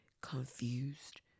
confused